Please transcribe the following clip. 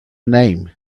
name